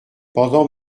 pendant